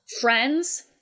friends